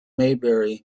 maybury